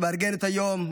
שמארגן את היום,